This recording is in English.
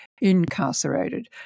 incarcerated